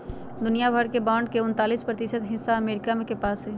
दुनिया भर के बांड के उन्तालीस प्रतिशत हिस्सा अमरीका के पास हई